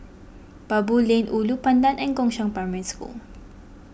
Baboo Lane Ulu Pandan and Gongshang Primary School